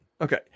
Okay